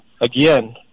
again